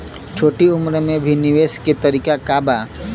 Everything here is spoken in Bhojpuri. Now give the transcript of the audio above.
छोटी उम्र में भी निवेश के तरीका क बा?